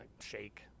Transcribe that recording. shake